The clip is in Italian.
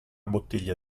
bottiglia